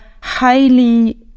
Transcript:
highly